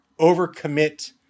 overcommit